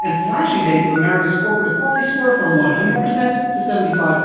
and slashing bank of america's corporate equality score from one hundred percent to seventy five.